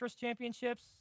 championships